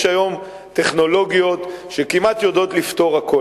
יש היום טכנולוגיות שיודעות לפתור כמעט הכול.